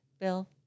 Bill